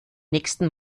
nächsten